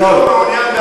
לא מעוניין,